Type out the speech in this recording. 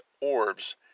orbs